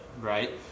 right